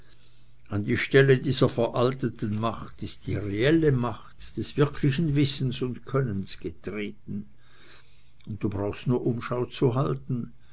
an die stelle dieser veralteten macht ist die reelle macht des wirklichen wissens und könnens getreten und du brauchst nur umschau zu halten